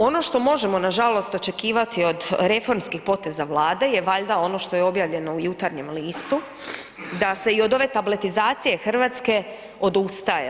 Ono što možemo nažalost očekivati od reformskih poteza Vlade je valjda ono što je objavljeno u Jutarnjem listu, da se i od ove tabletizacije Hrvatske odustaje.